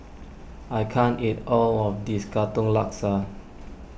I can't eat all of this Katong Laksa